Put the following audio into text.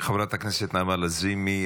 חברת הכנסת נעמה לזימי,